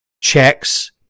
Checks